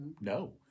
No